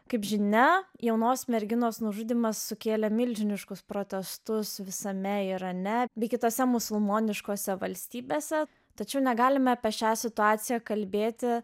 kaip žinia jaunos merginos nužudymas sukėlė milžiniškus protestus visame irane bei kitose musulmoniškose valstybėse tačiau negalime apie šią situaciją kalbėti